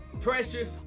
precious